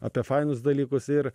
apie fainus dalykus ir